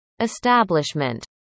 establishment